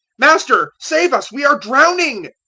master, save us, we are drowning!